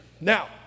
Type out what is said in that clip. Now